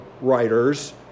writers